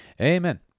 Amen